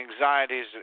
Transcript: anxieties